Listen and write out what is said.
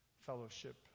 Fellowship